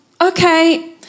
okay